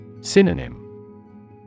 Synonym